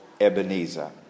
Ebenezer